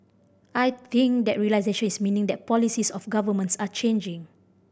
I think that realisation is meaning that policies of governments are changing